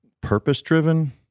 purpose-driven